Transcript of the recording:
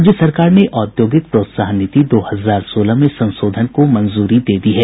राज्य सरकार ने औद्योगिक प्रोत्साहन नीति दो हजार सोलह में संशोधन को मंजूरी दे दी है